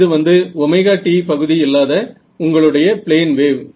இது வந்து ωt பகுதி இல்லாத உங்களுடைய பிளேன் வேவ்